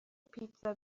پیتزا